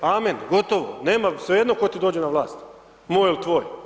Amen, gotovo, nema, svejedno tko ti dođe na vlast, moj ili tvoj.